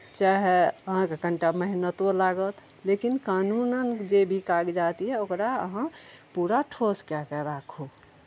चाहे अहाँकेँ कनि टा मेहनतो लागत लेकिन कानूनन जे भी कागजात यए ओकरा अहाँ पूरा ठोस कए कऽ राखू